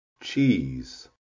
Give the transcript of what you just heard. Cheese